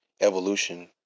evolution